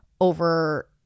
over